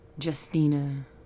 Justina